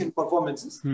performances